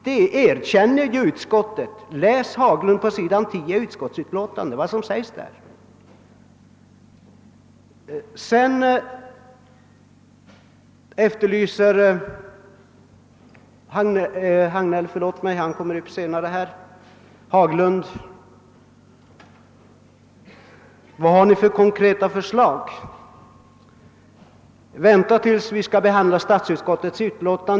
Det erkänner utskottet — jag rekommenderar herr Haglund att läsa vad utskottet säger på s. 10 i utlåtandet. Herr Haglund efterlyser våra konkreta förslag. Vänta tills statsutskottets utlåtande skall behandlas!